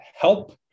help